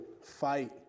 fight